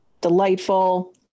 delightful